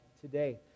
today